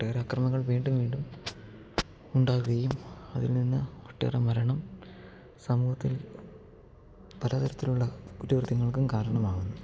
ഒട്ടേറെ അക്രമങ്ങൾ വീണ്ടും വീണ്ടും ഉണ്ടാകുകയും അതിൽ നിന്ന് ഒട്ടേറെ മരണം സമൂഹത്തിൽ പല തരത്തിലുള്ള കുറ്റകൃത്യങ്ങൾക്കും കാരണമാകുന്നു